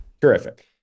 Terrific